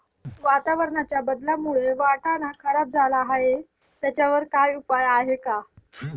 वातावरणाच्या बदलामुळे वाटाणा खराब झाला आहे त्याच्यावर काय उपाय आहे का?